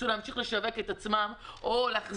להמשיך לשווק את עצמם לא יוכלו לעשות את זה.